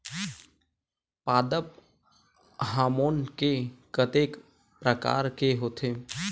पादप हामोन के कतेक प्रकार के होथे?